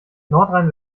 nordrhein